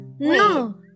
No